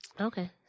Okay